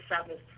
seventh